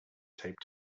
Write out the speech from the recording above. taped